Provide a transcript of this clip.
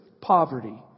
poverty